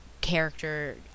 character